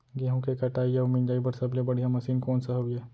गेहूँ के कटाई अऊ मिंजाई बर सबले बढ़िया मशीन कोन सा हवये?